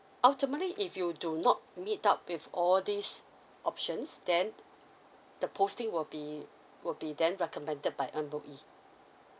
ultimately if you do not meet up with all these options then the posting will be will be then recommended by M_O_E